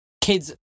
kids